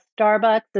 starbucks